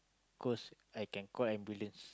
cause I can call ambulance